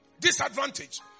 Disadvantage